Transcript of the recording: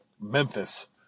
Memphis –